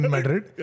Madrid